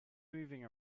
moving